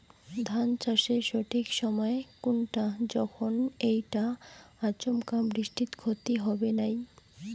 ধান চাষের সঠিক সময় কুনটা যখন এইটা আচমকা বৃষ্টিত ক্ষতি হবে নাই?